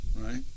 right